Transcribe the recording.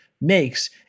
makes